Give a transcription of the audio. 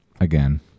Again